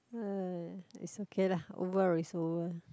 uh it's okay lah over it's over